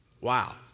Wow